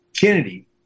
kennedy